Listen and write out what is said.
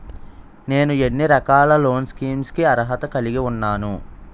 నేను ఎన్ని రకాల లోన్ స్కీమ్స్ కి అర్హత కలిగి ఉన్నాను?